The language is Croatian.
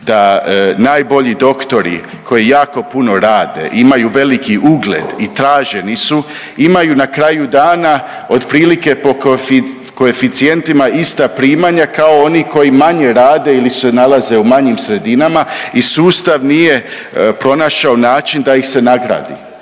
da najbolji doktori koji jako puno rade, imaju veliki ugled i traženi su imaju na kraju dana otprilike po koeficijentima ista primanja kao oni koji manje rade ili se nalaze u manjim sredinama i sustav nije pronašao način da ih se nagradi,